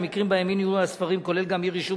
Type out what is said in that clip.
במקרים שבהם אי-ניהול הספרים כולל גם אי-רישום